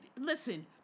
listen